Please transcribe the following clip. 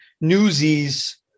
newsies